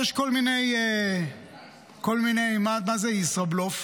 מה זה ישראבלוף?